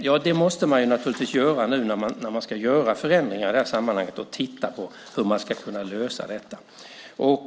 Ja, något måste man naturligtvis göra nu när man ska göra förändringar i sammanhanget och titta på hur man ska kunna lösa detta.